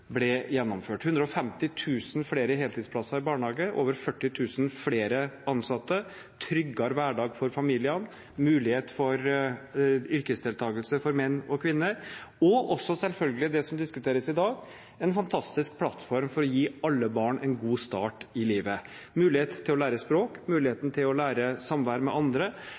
ble gjennomført – 150 000 flere heltidsplasser i barnehage, over 40 000 flere ansatte, tryggere hverdag for familiene, mulighet for yrkesdeltakelse for menn og kvinner og selvfølgelig også det som diskuteres i dag, en fantastisk plattform for å gi alle barn en god start i livet: mulighet til å lære språk, muligheten til å lære samvær med andre,